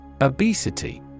Obesity